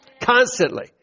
Constantly